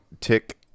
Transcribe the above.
Tick